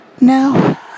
Now